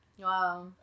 Wow